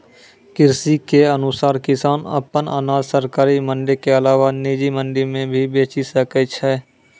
कृषि बिल के अनुसार किसान अप्पन अनाज सरकारी मंडी के अलावा निजी मंडी मे भी बेचि सकै छै